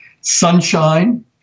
Sunshine